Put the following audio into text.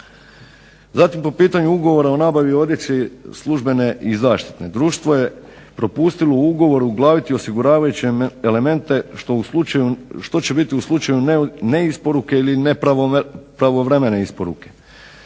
Zatim po pitanju ugovora o nabavi odjeće službene i zaštitne. Društvo je propustilo u ugovoru uglaviti osiguravajuće elemente što će biti u slučaju neisporuke ili nepravovremene isporuke.